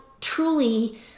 truly